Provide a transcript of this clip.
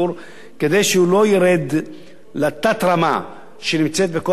כדי שהוא לא ירד לתת-רמה שקיימת בכל השידורים,